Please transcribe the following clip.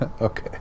Okay